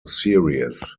series